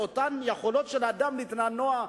מדובר ביכולת של אדם להתנועע,